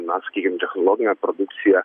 na sakykim technologinę produkciją